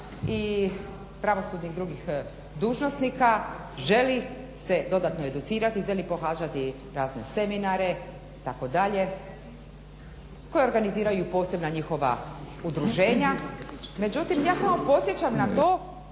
i pravosudnih drugih dužnosnika želi se dodatno educirati, želi pohađati razne seminare koje organiziraju posebna njihova udruženja. Međutim ja samo podsjećam na to